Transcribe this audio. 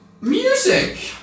Music